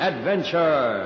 Adventure